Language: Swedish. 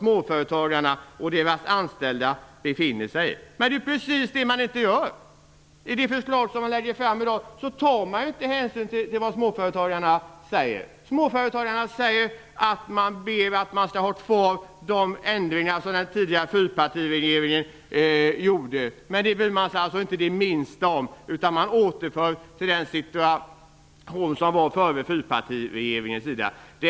Men det är precis det som inte sker. I det förslag som läggs fram i dag tas det inte hänsyn till vad småföretagarna säger. Småföretagarna ber att få ha kvar de ändringar som den tidigare fyrpartiregeringen genomförde. Det bryr man sig alltså inte det minsta om utan återgår till den situation som var före fyrpartiregeringens tid.